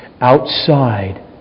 outside